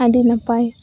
ᱟᱹᱰᱤ ᱱᱟᱯᱟᱭ